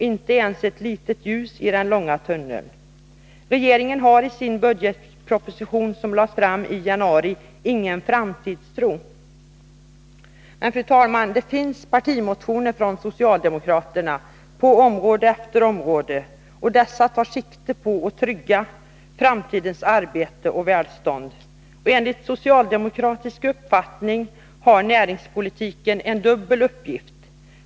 Inte ens ett litet ljus i den långa tunneln. Regeringen har i sin budgetproposition som lades fram i januari ingen framtidstro. Men, fru talman, det finns partimotioner från socialdemokraterna på område efter område. Dessa tar sikte på att trygga framtidens arbete och välstånd. Enligt socialdemokratisk uppfattning har näringspolitiken en dubbel uppgift.